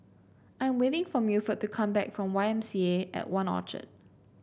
I'm waiting for Milford to come back from Y M C A and One Orchard